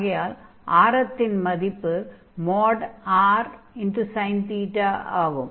ஆகையால் ஆரத்தின் மதிப்பு |r|sin ஆகும்